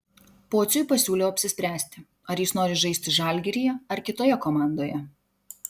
pociui pasiūliau apsispręsti ar jis nori žaisti žalgiryje ar kitoje komandoje